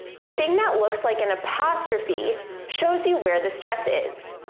the thing that looks like an apostrophe shows you where the stress is.